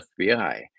FBI